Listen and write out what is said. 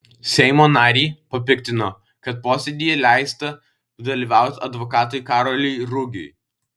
seimo narį papiktino kad posėdyje leista dalyvauti advokatui karoliui rugiui